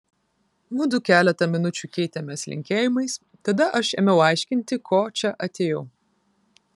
mudu keletą minučių keitėmės linkėjimais tada aš ėmiau aiškinti ko čia atėjau